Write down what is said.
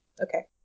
Okay